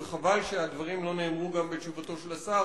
וחבל שהדברים לא נאמרו גם בתשובתו של השר.